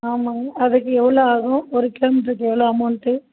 ஆமாம்ங்க அதுக்கு எவ்வளோ ஆகும் ஒரு கிலோமீட்டருக்கு எவ்வளோ அமௌண்ட்டு